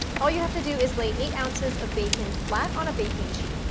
all you have to do is lay eight ounces of bacon flat on a baking sheet.